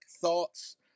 thoughts